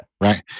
right